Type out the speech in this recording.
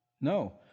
No